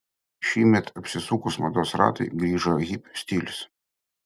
šįmet apsisukus mados ratui grįžo hipių stilius